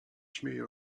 śmieje